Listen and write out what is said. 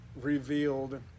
revealed